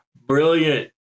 brilliant